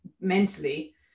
mentally